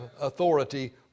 authority